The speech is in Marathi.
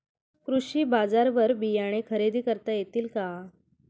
कृषी बाजारवर बियाणे खरेदी करता येतील का?